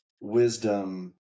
wisdom